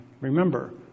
Remember